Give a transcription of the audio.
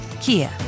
Kia